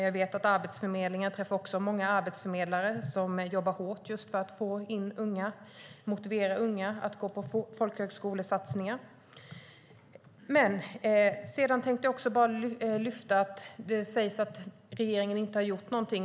Jag vet att många arbetsförmedlare på Arbetsförmedlingen jobbar hårt för att motivera unga att ta del av folkhögskolesatsningar. Det sägs att regeringen inte har gjort något.